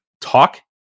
talk